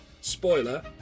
Spoiler